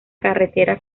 carretera